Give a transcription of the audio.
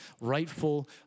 rightful